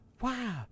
Wow